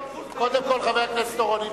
חבר הכנסת אורון,